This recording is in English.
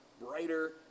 brighter